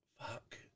Fuck